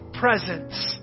Presence